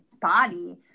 body